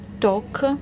talk